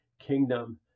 kingdom